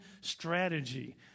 strategy